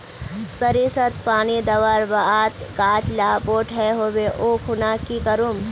सरिसत पानी दवर बात गाज ला बोट है होबे ओ खुना की करूम?